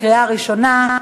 לקריאה ראשונה.